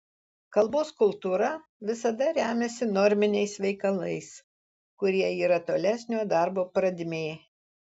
kalbos kultūra visada remiasi norminiais veikalais kurie yra tolesnio darbo pradmė